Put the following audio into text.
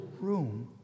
room